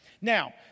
Now